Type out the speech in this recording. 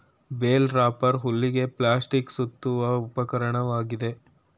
bale wrapper ಹುಲ್ಲಿಗೆ plastic ಸುತ್ತುವ ಉಪಕರಣವಾಗಿದೆ